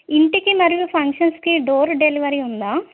ఇంటికి మరియు ఫంక్షన్స్కి డోర్ డెలివరీ ఉందా